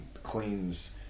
Cleans